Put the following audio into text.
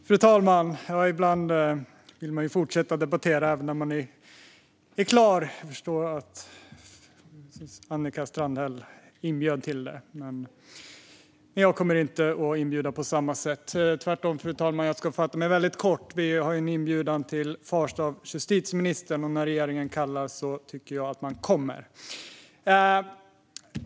Fru talman! Jag ska fatta mig väldigt kort. Vi har ju en inbjudan till Farsta från justitieministern, och när regeringen kallar tycker jag att man kommer.